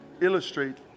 illustrate